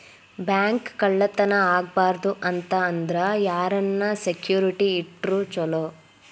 Bank ಕಳ್ಳತನಾ ಆಗ್ಬಾರ್ದು ಅಂತ ಅಂದ್ರ ಯಾರನ್ನ ಸೆಕ್ಯುರಿಟಿ ಇಟ್ರ ಚೊಲೊ?